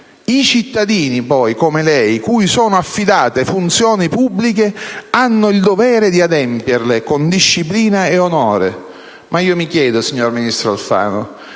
I cittadini poi, come lei, cui sono affidate funzioni pubbliche, hanno il dovere di adempierle con disciplina e onore. Mi chiedo, signor ministro Alfano,